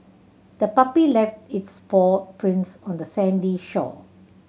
the puppy left its paw prints on the sandy shore